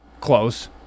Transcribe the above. Close